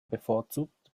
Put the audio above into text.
bevorzugt